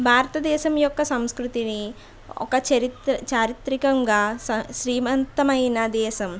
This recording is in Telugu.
భారతదేశం యొక్క సంస్కృతిని ఒక చరిత్ర చారిత్రకంగా స శ్రీమంతమైన దేశం